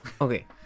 Okay